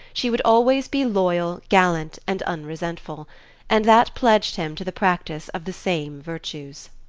she would always be loyal, gallant and unresentful and that pledged him to the practice of the same virtues.